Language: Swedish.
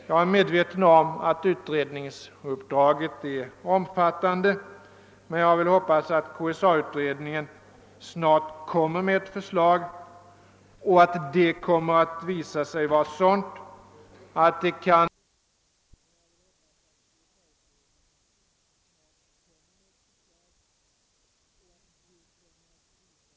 Jag är medveten om att utredningsuppdraget är omfattande, men jag vill hoppas att KSA-utredningen snart framlägger ett förslag och att detta kommer att visa sig vara sådant att det kan utgöra grund för ett förslag från regeringen på detta område. Det är ett nödvändigt komplement till de arbetsmarknadspolitiska insatser som vi gör på de andra områdena, och det är ett komplement som vi inte bör vänta på längre. Herr talman! Jag yrkar bifall till reservationerna 3 och 4 samt 6 t.o.m. 13.